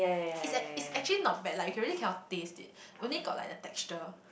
it's that it's actually not bad lah you can really cannot taste it only got like the texture